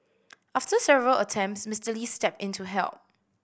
after several attempts Mister Lee stepped in to help